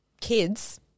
kids